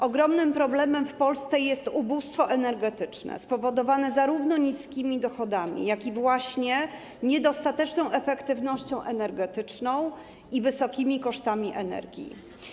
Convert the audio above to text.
Ogromnym problemem w Polsce jest ubóstwo energetyczne spowodowane zarówno niskimi dochodami, jak i niedostateczną efektywnością energetyczną i wysokimi kosztami energii.